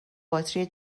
باتری